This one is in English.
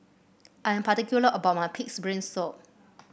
I am particular about my pig's brain soup